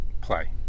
play